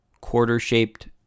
quarter-shaped